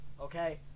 okay